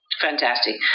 Fantastic